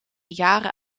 jaren